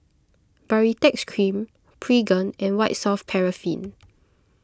Baritex Cream Pregain and White Soft Paraffin